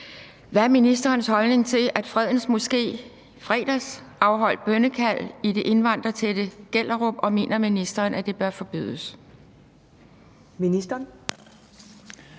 Hvad er ministerens holdning til, at Fredens Moské i fredags afholdt bønnekald i det indvandrertætte Gellerup, og mener ministeren, at det bør forbydes?